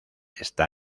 está